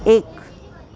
એક